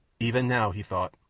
even now, he thought,